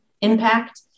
impact